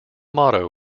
motto